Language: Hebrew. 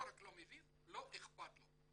לא רק לא מבין, לא אכפת לו.